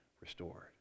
restored